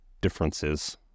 differences